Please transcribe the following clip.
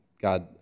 God